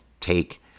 take